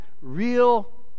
real